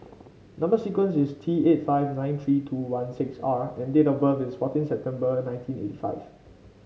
number sequence is T eight five nine three two one six R and date of birth is fourteen September nineteen eighty five